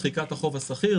דחיקת החוב הסחיר,